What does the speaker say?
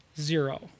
zero